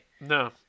no